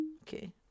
Okay